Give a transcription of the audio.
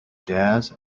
jazz